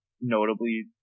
notably